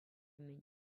мӗн